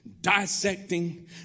dissecting